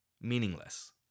meaningless